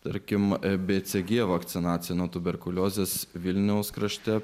tarkim rbc g vakcinacija nuo tuberkuliozės vilniaus krašte